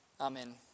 Amen